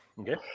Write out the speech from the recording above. Okay